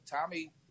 Tommy